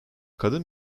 kadın